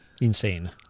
insane